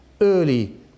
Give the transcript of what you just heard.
early